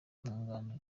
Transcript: kumwunganira